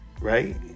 Right